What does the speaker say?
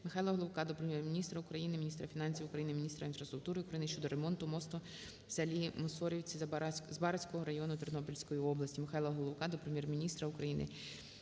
Михайла Головка до Прем'єр-міністра України, міністра фінансів України, міністра інфраструктури України щодо ремонту моста в селіМусорівці Збаразького району Тернопільської області. Михайла Головка до Прем'єр-міністра України,